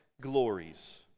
glories